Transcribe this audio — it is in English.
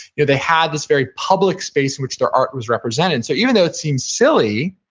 yeah they had this very public space which their art was represented so even though it seems silly,